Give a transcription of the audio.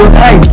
hey